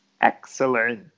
Excellent